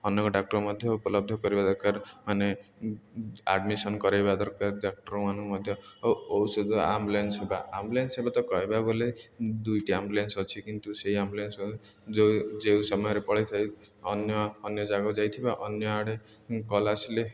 ଅନେକ ଡକ୍ଟର ମଧ୍ୟ ଉପଲବ୍ଧ କରିବା ଦରକାର ମାନେ ଆଡ଼ମିସନ୍ କରେଇବା ଦରକାର ଡକ୍ଟର ମାନଙ୍କୁ ମଧ୍ୟ ଓ ଔଷଧ ଆମ୍ବୁଲାନ୍ସ ସେବା ଆମ୍ବୁଲାନ୍ସ ସେବା ତ କହିବାକୁ ଗଲେ ଦୁଇଟି ଆମ୍ବୁଲାନ୍ସ ଅଛି କିନ୍ତୁ ସେଇ ଆମ୍ବୁଲାନ୍ସ ଯେଉଁ ଯେଉଁ ସମୟରେ ପଳେଇଥାଏ ଅନ୍ୟ ଅନ୍ୟ ଜାଗା ଯାଇଥିବା ଅନ୍ୟ ଆଡ଼େ କଲ୍ ଆସିଲେ